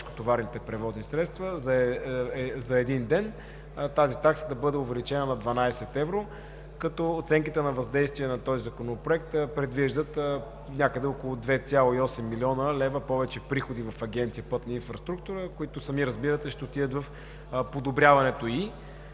тежкотоварните превозни средства за един ден, тази такса да бъде увеличена на 12 евро. Оценката на въздействие на този Законопроект предвижда някъде около 2,8 млн. лв. повече приходи в Агенция „Пътна инфраструктура“, които, сами разбирате, ще отидат в подобряването на